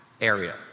area